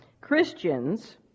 Christians